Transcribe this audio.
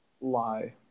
Lie